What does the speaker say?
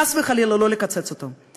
חס וחלילה לא לקצץ את תקציבו.